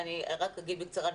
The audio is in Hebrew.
אני רק אגיד בקצרה,